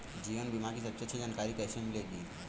जीवन बीमा की सबसे अच्छी जानकारी कैसे मिलेगी?